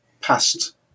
past